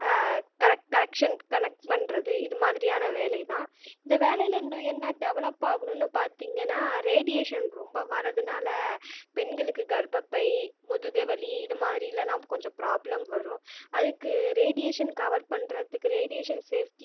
correct connection connect பண்ணுறது இது மாதிரியான வேலை தான் இந்த வேலைல இன்னும் என்ன டெவெலப் ஆகணும்னு பார்த்திங்கனா ரேடியேஷன் ரொம்ப வரதுனால் பெண்களுக்கு கர்ப்பபை முதுகுவலி இதுமாதிரிலலா கொஞ்சம் ப்ராப்லம் வரும் அதுக்கு ரேடியேஷன் கவர் பண்ணுறதுக்கு ரேடியேஷன் சேஃப்டி